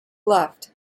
left